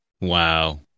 Wow